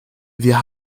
wir